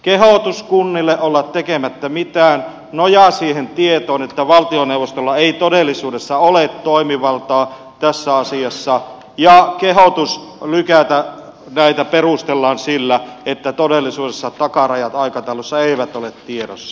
kehotus kunnille olla tekemättä mitään nojaa siihen tietoon että valtioneuvostolla ei todellisuudessa ole toimivaltaa tässä asiassa ja kehotusta lykätä näitä perustellaan sillä että todellisuudessa takarajat aikataulussa eivät ole tiedossa